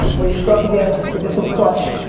we struck again, we did some plush.